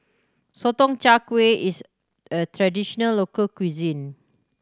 Sotong Char Kway is a traditional local cuisine